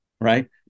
Right